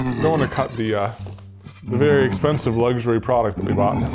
don't wanna cut the ah the very expensive, luxury product that we bought.